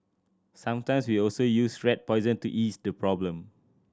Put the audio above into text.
sometimes we also use rat poison to ease the problem